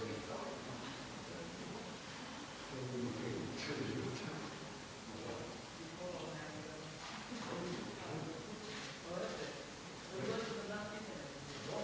Hvala.